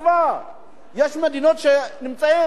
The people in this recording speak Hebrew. יש מדינות שנמצאות הרחק מאתנו.